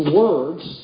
words